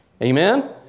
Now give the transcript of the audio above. Amen